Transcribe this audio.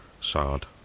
sad